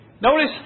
notice